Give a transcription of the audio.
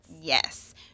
Yes